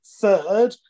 third